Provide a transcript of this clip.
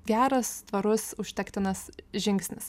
geras tvarus užtektinas žingsnis